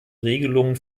regelungen